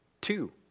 Two